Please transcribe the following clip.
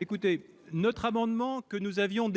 ce ne amendement que nous avions